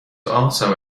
also